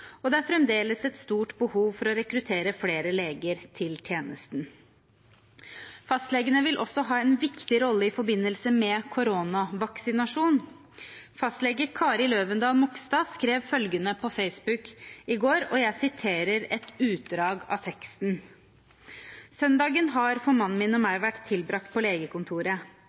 og det er fremdeles et stort behov for å rekruttere flere leger til tjenesten. Fastlegene vil også ha en viktig rolle i forbindelse med koronavaksinasjon. Fastlege Kari Løvendahl Mogstad skrev følgende på Facebook i går, og jeg siterer et utdrag av teksten: «Søndagen har for meg og mannen min vært tilbrakt på legekontoret.